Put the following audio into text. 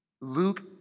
Luke